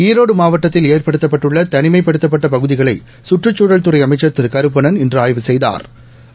ஈரோடு மாவட்டத்தில் ஏற்படுத்தப்பட்டுள்ள தனிமைப்படுத்தப்பட்ட பகுதிகளை சுற்றுச்சூழல்துறை அமைச்சர் திரு கருப்பணன் இன்று ஆய்வு செய்தாா்